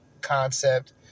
concept